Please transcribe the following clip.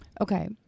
Okay